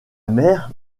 mère